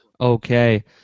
Okay